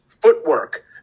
footwork